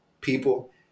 people